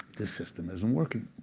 the system isn't working,